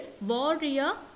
Warrior